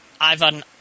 Ivan